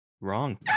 Wrong